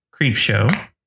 Creepshow